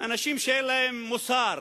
אנשים שאין להם מוסר.